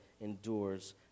endures